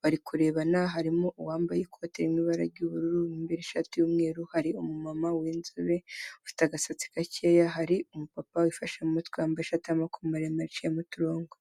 bari kurebana, harimo uwambaye ikoti riri mu ibara ry'ubururu mo imbere ishati y'umweru, hari umumama w'inzobe ufite agasatsi gakeya, hari umupapa wifashe mu mutwe, wambaye ishati y'amaboko maremare iciyemo uturongo.